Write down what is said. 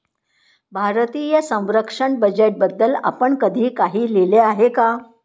भारतीय संरक्षण बजेटबद्दल आपण कधी काही लिहिले आहे का?